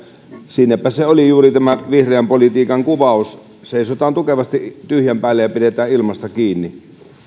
siinäpä se oli juuri tämä vihreän politiikan kuvaus seisotaan tukevasti tyhjän päällä ja pidetään ilmasta kiinni